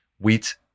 wheat